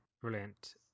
brilliant